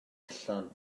allan